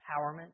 empowerment